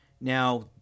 now